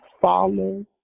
follow